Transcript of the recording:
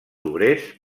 obrers